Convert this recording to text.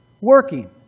working